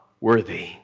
worthy